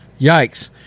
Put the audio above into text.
Yikes